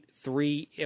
three